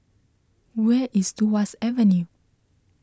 where is Tuas Avenue